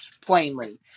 plainly